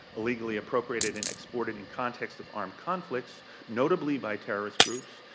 illegally appropriated and exported in context of armed conflicts notably by terrorist groups,